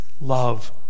love